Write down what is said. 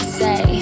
say